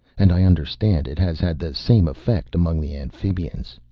and i understand it has had the same effect among the amphibians.